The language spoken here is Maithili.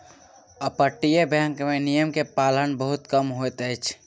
अपतटीय बैंक में नियम के पालन बहुत कम होइत अछि